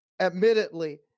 admittedly